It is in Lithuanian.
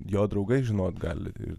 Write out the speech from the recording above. jo draugai žinot gali ir